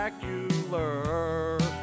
Spectacular